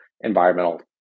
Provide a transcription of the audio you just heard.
environmental